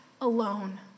alone